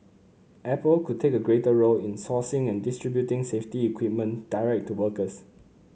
Apple could take a greater role in sourcing and distributing safety equipment direct to workers